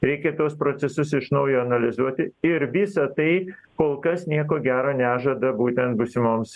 reikia tuos procesus iš naujo analizuoti ir visą tai kol kas nieko gero nežada būtent būsimoms